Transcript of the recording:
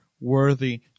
worthy